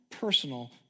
personal